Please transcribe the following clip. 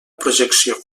projecció